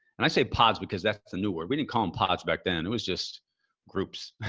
and i say pods, because that's a new word. we didn't call them pods back then. it was just groups.